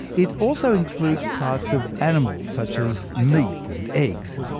it also includes parts of animals, such as meat and eggs.